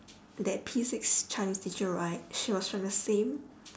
that P six chinese teacher right she was from the same